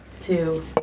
Two